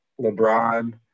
LeBron